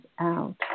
out